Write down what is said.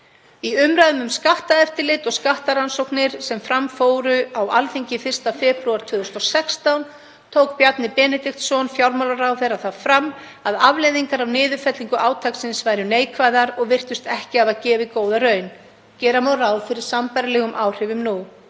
Í umræðum um skattaeftirlit og skattrannsóknir sem fram fóru á Alþingi 1. febrúar 2016 tók Bjarni Benediktsson fjármálaráðherra það fram að afleiðingar af niðurfellingu átaksins væru neikvæðar og virtust ekki hafa gefið góða raun. Gera má ráð fyrir sambærilegum áhrifum nú.“